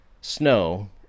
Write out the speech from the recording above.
Snow